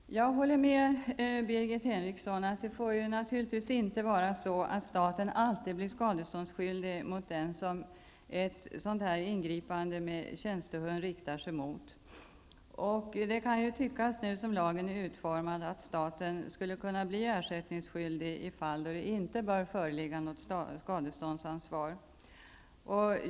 Fru talman! Jag håller med Birgit Henriksson om att det naturligtvis inte får vara så att staten alltid blir skadeståndsskyldig gentemot den som ett angrepp med tjänstehund riktar sig mot. Det kan ju tyckas, som lagen är utformad, att staten skulle kunna bli ersättningsskyldig i fall då det inte bör föreligga något skadeståndsansvar.